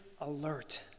alert